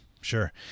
sure